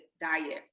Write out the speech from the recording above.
diet